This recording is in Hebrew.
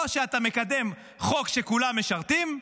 או שאתה מקדם חוק שכולם משרתים,